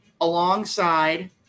alongside